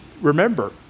remember